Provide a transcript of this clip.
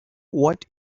what